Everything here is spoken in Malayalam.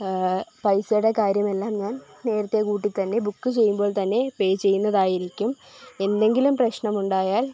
പൈസയുടെ കാര്യമെല്ലാം ഞാൻ നേരത്തെ കൂട്ടിത്തന്നെ ബുക്ക് പേ ചെയ്യുന്നതായിരിക്കും എന്തെങ്കിലും പ്രശ്നം ഉണ്ടായാൽ